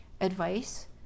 advice